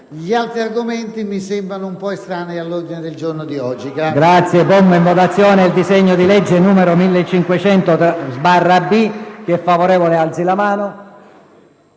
Gli altri argomenti mi sembrano un po' estranei all'ordine del giorno di oggi.